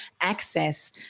access